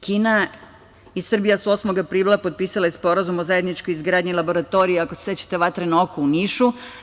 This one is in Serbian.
Kina i Srbija su osmog aprila potpisale sporazum o zajedničkoj izgradnji laboratorije, ako se sećate, „Vatreno oko“ u Nišu.